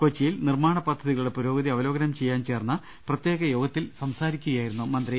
കൊച്ചിയിൽ നിർമ്മാണ പദ്ധതികളുടെ പുരോഗതി അവലോകനം ചെയ്യാൻ ചേർന്ന പ്രത്യേക യോഗത്തിൽ സംസാരിക്കുകയായിരുന്നു അദ്ദേഹം